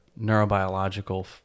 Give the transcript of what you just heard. neurobiological